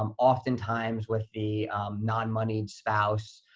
um oftentimes with the non-moneyed spouse,